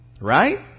right